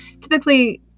Typically